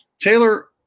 Taylor